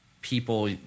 people